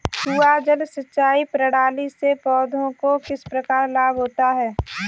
कुआँ जल सिंचाई प्रणाली से पौधों को किस प्रकार लाभ होता है?